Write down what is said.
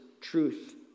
truth